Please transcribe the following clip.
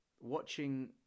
watching